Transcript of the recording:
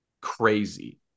Crazy